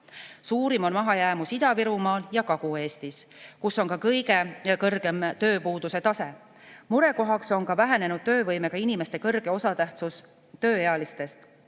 Suurim on mahajäämus Ida-Virumaal ja Kagu-Eestis, kus on ka kõige kõrgem tööpuuduse tase. Murekohaks on ka vähenenud töövõimega inimeste suur osatähtsus tööealiste